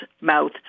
mouth